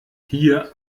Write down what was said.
hier